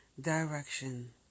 direction